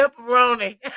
pepperoni